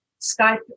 Skype